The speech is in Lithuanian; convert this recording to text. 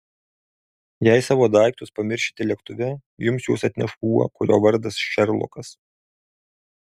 jei savo daiktus pamiršite lėktuve jums juos atneš šuo kurio vardas šerlokas